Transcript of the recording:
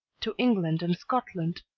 to england and scotland,